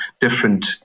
different